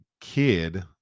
kid